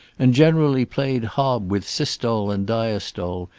and generally played hob with systole and diastole,